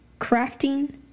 crafting